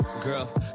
Girl